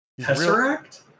Tesseract